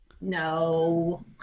No